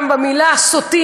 גם במילה "סוטים",